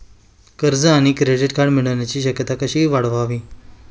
कर्ज किंवा credit card मिळण्याची शक्यता कशी वाढवावी?